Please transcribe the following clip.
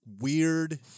weird